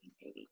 baby